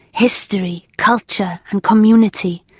history, culture and community,